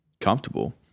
comfortable